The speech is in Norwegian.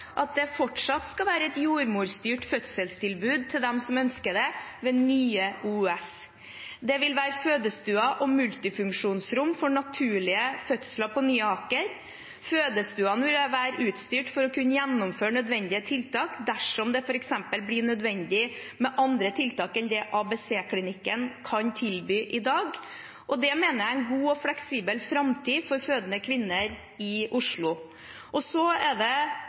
at det fortsatt skal være et jordmorstyrt fødselstilbud til dem som ønsker det ved Nye OUS. Det vil være fødestuer og multifunksjonsrom for naturlige fødsler på Nye Aker sykehus. Fødestuene vil være utstyrt for å kunne gjennomføre nødvendige tiltak dersom det f.eks. blir nødvendig med andre tiltak enn det ABC-klinikken kan tilby i dag. Det mener jeg er en god og fleksibel framtid for fødende kvinner i Oslo. Så er det